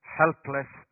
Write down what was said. helpless